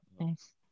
Nice